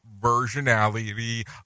versionality